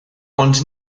ond